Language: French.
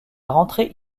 rentrée